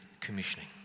commissioning